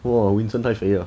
!wah! winson 太肥了